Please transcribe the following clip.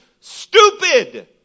stupid